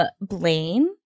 Blaine